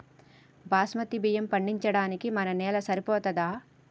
బాస్మతి బియ్యం పండించడానికి మన నేల సరిపోతదా?